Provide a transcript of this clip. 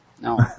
No